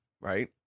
right